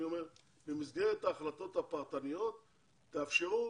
אני אומר במסגרת ההחלטות הפרטניות תאפשרו